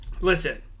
Listen